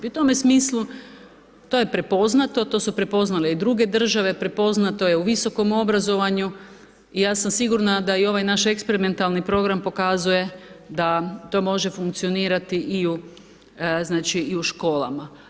U tome smislu to je prepoznato, to su prepoznale i druge države, prepoznato je u visokom obrazovanju i ja sam sigurna da i ovaj naš eksperimentalni program pokazuje da to može funkcionirati i u znači i u školama.